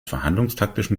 verhandlungstaktischen